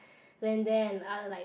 when then I like